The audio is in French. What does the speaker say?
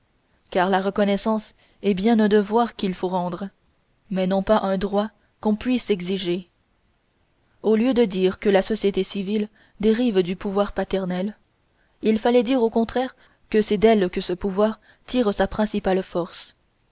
car la reconnaissance est bien un devoir qu'il faut rendre mais non pas un droit qu'on puisse exiger au lieu de dire que la société civile dérive du pouvoir paternel il fallait dire au contraire que c'est d'elle que ce pouvoir tire sa principale force